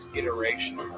iteration